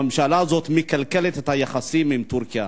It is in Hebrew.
הממשלה הזאת מקלקלת את היחסים עם טורקיה.